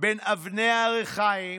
בין אבני הריחיים